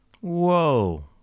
Whoa